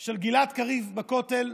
של גלעד קריב בכותל,